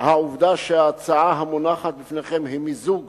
העובדה שההצעה המונחת בפניכם היא מיזוג